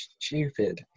stupid